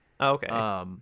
Okay